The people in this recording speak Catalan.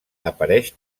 apareix